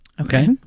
Okay